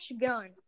gun